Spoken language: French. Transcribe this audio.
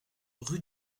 rue